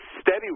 steady